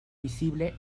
visible